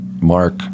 Mark